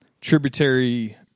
tributary